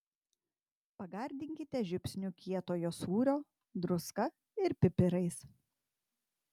pagardinkite žiupsniu kietojo sūrio druska ir pipirais